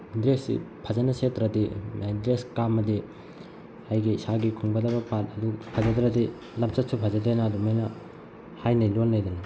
ꯗ꯭ꯔꯦꯁꯁꯤ ꯐꯖꯅ ꯁꯦꯠꯇ꯭ꯔꯗꯤ ꯗ꯭ꯔꯦꯁ ꯀꯥꯝꯃꯗꯤ ꯑꯩꯒꯤ ꯏꯁꯥꯒꯤ ꯈꯨꯝꯒꯗꯕ ꯄꯥꯠ ꯑꯗꯨ ꯐꯖꯗ꯭ꯔꯗꯤ ꯂꯝꯆꯠꯁꯨ ꯐꯖꯗꯦꯅ ꯑꯗꯨꯃꯥꯏꯅ ꯍꯥꯏꯅꯩ ꯂꯣꯟꯅꯩꯗꯅ